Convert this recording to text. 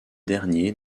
dernier